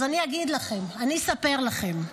אז אני אגיד לכם, אני אספר לכם.